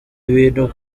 ibintu